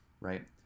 right